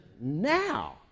now